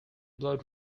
blow